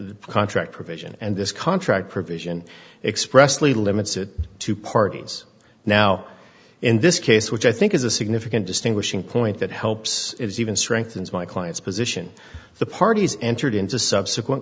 the contract provision and this contract provision expressly limits the two parties now in this case which i think is a significant distinguishing point that helps even strengthens my client's position the parties entered into subsequent